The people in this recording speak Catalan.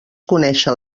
conèixer